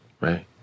right